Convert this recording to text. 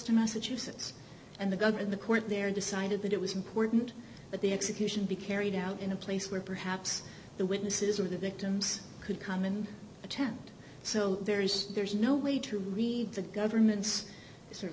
to massachusetts and the governor the court there decided that it was important but the execution be carried out in a place where perhaps the witnesses or the victims could come and attend so there's there's no way to read the government's